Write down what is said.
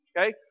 okay